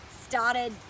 started